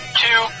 two